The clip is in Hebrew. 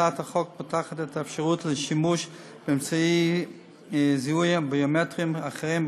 הצעת החוק פותחת את האפשרות לשימוש באמצעי זיהוי ביומטריים אחרים,